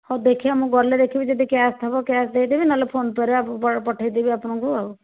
ହେଉ ଦେଖିବା ମୁଁ ଗଲେ ଦେଖିବି ଯଦି କ୍ୟାଶ୍ ଥିବ କ୍ୟାଶ୍ ଦେଇଦେବି ନହେଲେ ଫୋନ୍ ପେ'ରେ ପଠେଇଦେବି ଆପଣଙ୍କୁ ଆଉ